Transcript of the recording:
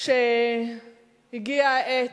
שהגיעה העת,